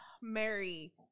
Mary